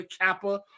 Kappa